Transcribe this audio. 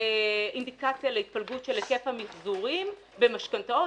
אינדיקציה להתפלגות של היקף המיחזורים במשכתנאות.